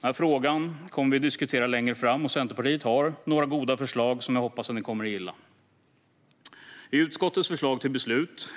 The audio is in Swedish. Denna fråga kommer vi att diskutera längre fram. Centerpartiet har på den punkten några goda förslag som jag hoppas att ni kommer att gilla. I utskottets förslag till beslut